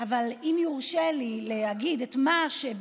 בושה וחרפה.